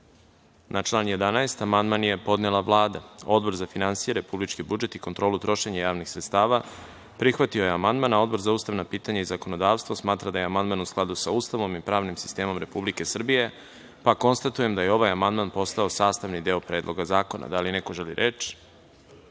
član 11. amandman je podnela Vlada. Odbor za finansije, republički budžeti i kontrolu trošenja javnih sredstava, prihvatio je amandman. Odbor za ustavna pitanja i zakonodavstvo, smatra da je amandman u skladu sa Ustavom i pravnim sistemom Republike Srbije. Konstatujem da je ovaj amandman postao sastavni deo Predloga zakona. Da li neko želi reč?